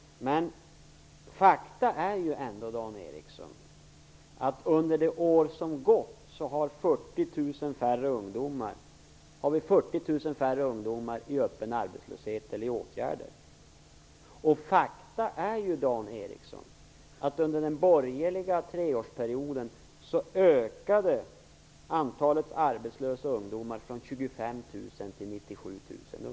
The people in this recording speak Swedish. Men faktum är ändå, Dan Ericsson, att under det år som gått är 40 000 färre ungdomar i öppen arbetslöshet eller i åtgärder. Faktum är också, Dan Ericsson, att under den borgerliga treårsperioden ökade antalet arbetslösa ungdomar från 25 000 till 97 000.